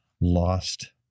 lost